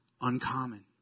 uncommon